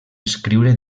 escriure